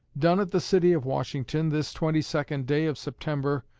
done at the city of washington, this twenty-second day of september,